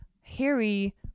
Harry